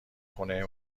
خونه